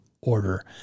order